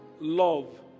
love